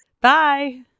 bye